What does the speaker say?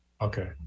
Okay